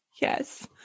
Yes